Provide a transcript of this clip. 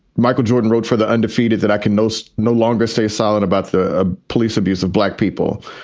michael jordan wrote for the undefeated that i can most no longer stay silent about the ah police abuse of black people.